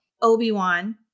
Obi-Wan